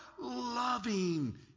loving